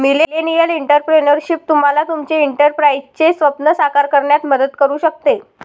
millennial entrepreneurship तुम्हाला तुमचे एंटरप्राइझचे स्वप्न साकार करण्यात मदत करू शकते